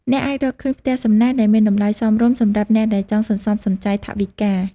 អ្នកអាចរកឃើញ ផ្ទះសំណាក់ ដែលមានតម្លៃសមរម្យសម្រាប់អ្នកដែលចង់សន្សំសំចៃថវិកា។